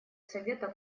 совета